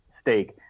stake